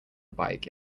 bike